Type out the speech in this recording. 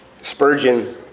Spurgeon